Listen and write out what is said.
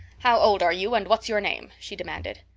how old are you and what's your name? she demanded.